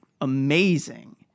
amazing